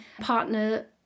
partner